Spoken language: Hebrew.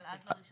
אבל עד ל-